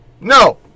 no